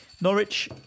Norwich